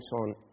on